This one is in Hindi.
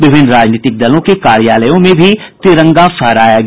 विभिन्न राजनीतिक दलों के कार्यालयों में भी तिरंगा फहराया गया